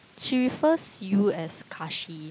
she refers you as Kahshee